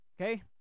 Okay